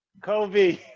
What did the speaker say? Kobe